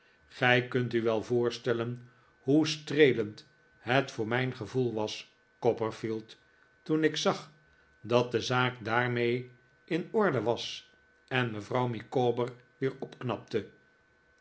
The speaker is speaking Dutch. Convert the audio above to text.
gij kunt u wel voorstellen hoe streelend het voor mijn gevoel was copperfield toen ik zag dat de zaak daarmee in orde was en mevrouw micawber weer opknapte